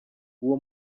uwo